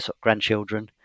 grandchildren